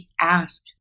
ask